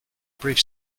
brief